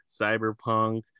Cyberpunk